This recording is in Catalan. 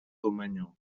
domenyo